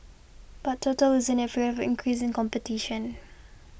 but Total isn't afraid of increasing competition